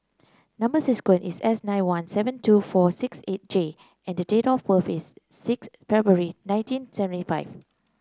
number sequence is S nine one seven two four six eight J and date of birth is six February nineteen seventy five